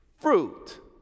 fruit